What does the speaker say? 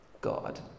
God